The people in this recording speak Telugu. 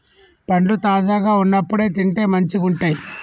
పండ్లు తాజాగా వున్నప్పుడే తింటే మంచిగుంటయ్